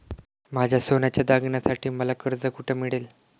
माझ्या सोन्याच्या दागिन्यांसाठी मला कर्ज कुठे मिळेल?